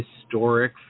historic